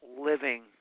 living